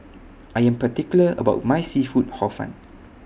I Am particular about My Seafood Hor Fun